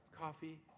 coffee